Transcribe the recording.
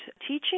teaching